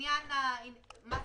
לעניין מס